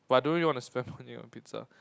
but I don't really wanna spend money on pizza